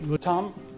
Tom